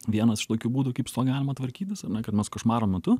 vienas iš tokių būdų kaip su tuo galima tvarkytis ar ne kad mes košmaro metu